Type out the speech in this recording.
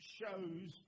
shows